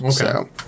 Okay